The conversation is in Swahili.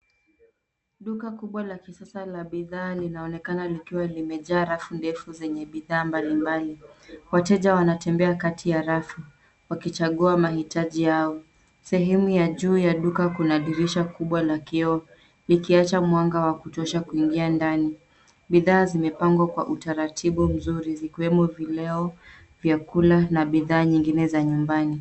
Duka kubwa la kisasa la bidhaa linaonekana likiwa limejaa rafu ndefu zenye bidhaaa mbalimbali. Wateja wanatembea kati ya rafu wakichagua mahitaji yao. Sehemu ya juu ya duka kuna dirisha kubwa la kioo likiacha mwanga wa kutosha kuingia ndani. Bidhaa zimepangwa kwa utaratibu mzuri zikiwemo vileo, vyakula na bidhaa nyingine za nyumbani.